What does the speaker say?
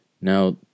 Now